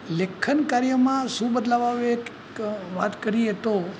લેખનકાર્યમાં શું બદલાવ આવે એક વાત કરીએ તો